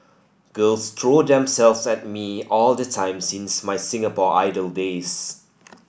girls throw themselves at me all the time since my Singapore Idol days